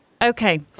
Okay